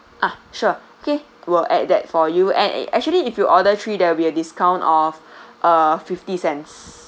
ah sure okay will add that for you and eh actually if you order three there will be a discount of uh fifty cents